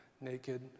naked